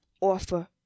offer